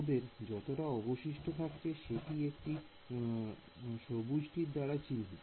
ওদের যতটা অবশিষ্ট থাকছে সেটি একটি সবুজটির দাঁড়া চিহ্নিত